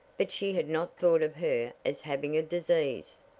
but she had not thought of her as having a disease.